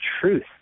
truth